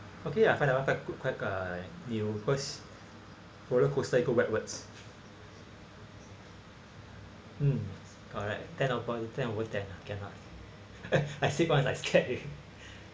okay I find that one quite good quite uh new first roller coaster they go backward mm correct ten over points ten over ten lah can lah I sit one like scared already